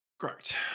Correct